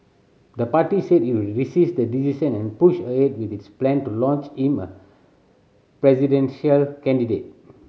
the party said it would resist the decision and push ahead with its plan to launch him a presidential candidate